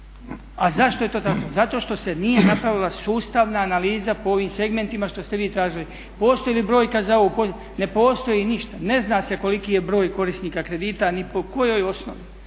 A zašto je to tako? Zato što se nije napravila sustavna analiza po ovim segmentima što ste vi tražili. Postoji li brojka za ovo? Ne postoji ništa, ne zna se koliki je broj korisnika kredita ni po kojoj osnovi,